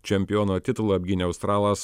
čempiono titulą apgynė australas